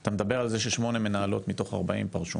אתה מדבר על זה ששמונה מנהלות מתוך 40 פרשו,